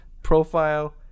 Profile